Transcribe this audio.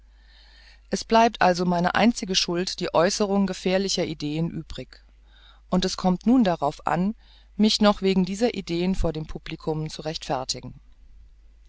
es bleibt also meine einzige schuld die äußerung gefährlicher ideen übrig und es kommt nun darauf an mich noch wegen dieser ideen vor dem publikum zu rechtfertigen